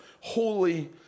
holy